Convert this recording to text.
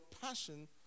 passion